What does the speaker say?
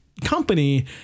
company